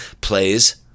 plays